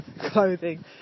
clothing